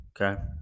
okay